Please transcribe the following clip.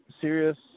Serious